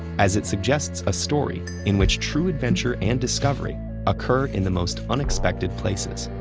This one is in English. as it suggests a story in which true adventure and discovery occur in the most unexpected places.